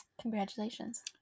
congratulations